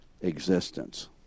existence